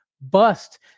bust